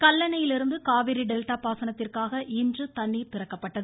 கல்லணையிலிருந்து Kaveri delta பாசனத்திற்காக இன்று தண்ணீர் திறக்கப்பட்டது